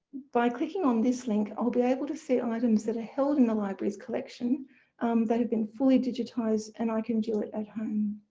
by clicking on this link i'll be able to see items that are held in the library's collection that have been fully digitized and i can do it at home.